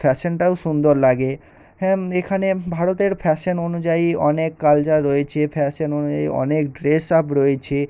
ফ্যাশনটাও সুন্দর লাগে হ্যাম এখানে ভারতের ফ্যাশন অনুযায়ী অনেক কালচার রয়েছে ফ্যাশন অনুযায়ী অনেক ড্রেসআপ রয়েছে